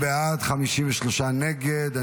41 בעד, 53 נגד.